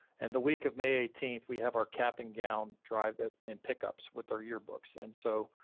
and the week of may eighteenth, we have our cap and gown drive it and pickups with our yearbooks. and so